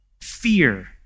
fear